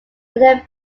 where